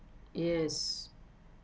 yes